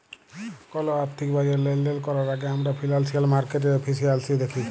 call আথ্থিক বাজারে লেলদেল ক্যরার আগে আমরা ফিল্যালসিয়াল মার্কেটের এফিসিয়াল্সি দ্যাখি